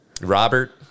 Robert